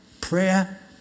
Prayer